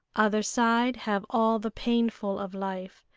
other side have all the painful of life,